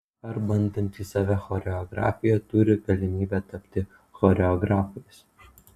ar bandantys save choreografijoje turi galimybę tapti choreografais